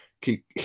keep